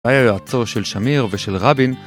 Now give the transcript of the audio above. היה יועצו של שמיר ושל רבין